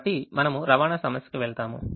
కాబట్టి మనము రవాణా సమస్యకు వెళ్దాము